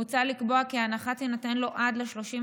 מוצע לקבוע כי ההנחה תינתן לו עד ל-31